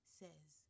says